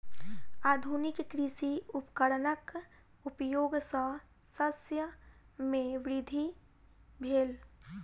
आधुनिक कृषि उपकरणक उपयोग सॅ शस्य मे वृद्धि भेल